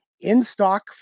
In-stock